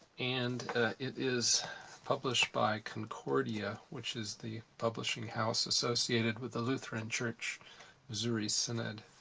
and it is published by concordia, which is the publishing house associated with the lutheran church missouri synod.